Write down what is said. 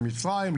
למצרים,